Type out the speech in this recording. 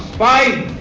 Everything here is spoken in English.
five